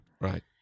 Right